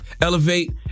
elevate